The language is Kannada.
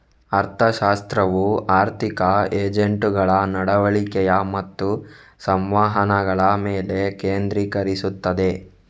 ಅರ್ಥಶಾಸ್ತ್ರವು ಆರ್ಥಿಕ ಏಜೆಂಟುಗಳ ನಡವಳಿಕೆ ಮತ್ತು ಸಂವಹನಗಳ ಮೇಲೆ ಕೇಂದ್ರೀಕರಿಸುತ್ತದೆ